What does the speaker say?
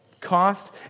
cost